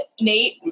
Nate